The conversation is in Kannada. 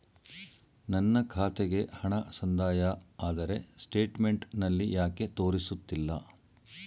ನನ್ನ ಖಾತೆಗೆ ಹಣ ಸಂದಾಯ ಆದರೆ ಸ್ಟೇಟ್ಮೆಂಟ್ ನಲ್ಲಿ ಯಾಕೆ ತೋರಿಸುತ್ತಿಲ್ಲ?